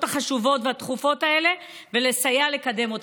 החשובות והדחופות האלה ולסייע לקדם אותן.